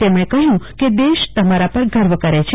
તેમણે કહ્યું કે દેશ તમારા પર ગર્વ કરે છે